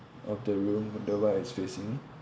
of the room the where it's facing